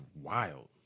wild